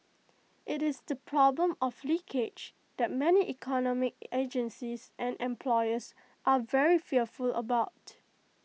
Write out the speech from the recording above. IT is the problem of leakage that many economic agencies and employers are very fearful about